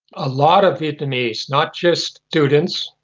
a lot of vietnamese, not just students,